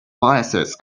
biases